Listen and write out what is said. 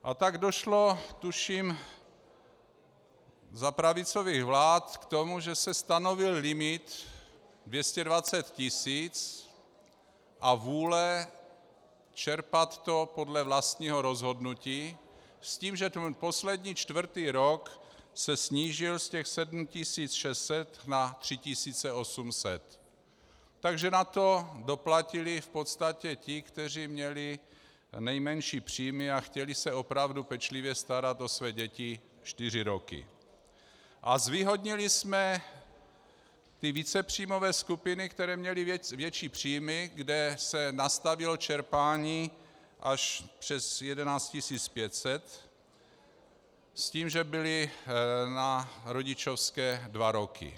A tak došlo, tuším za pravicových vlád, k tomu, že se stanovil limit 220 tisíc a vůle čerpat to podle vlastního rozhodnutí, s tím, že poslední, čtvrtý rok se snížil z těch 7 600 na 3 800, takže na to doplatili v podstatě ti, kteří měli nejmenší příjmy a chtěli se opravdu pečlivě starat o své děti čtyři roky, a zvýhodnili jsme ty vícepříjmové skupiny, které měly větší příjmy, kde se nastavilo čerpání až přes 11 500 s tím, že byly na rodičovské dva roky.